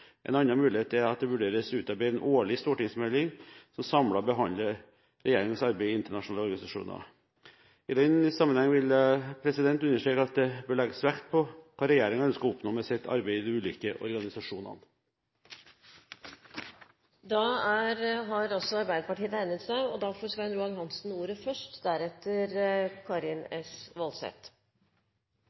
En annen mulighet er at det vurderes utarbeidet en årlig stortingsmelding som samlet behandler regjeringens arbeid i internasjonale organisasjoner. I den sammenheng vil jeg understreke at det bør legges vekt på hva regjeringen ønsker å oppnå med sitt arbeid i de ulike organisasjonene.